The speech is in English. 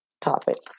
topics